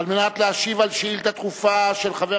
על מנת להשיב על שאילתא דחופה של חבר